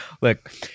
Look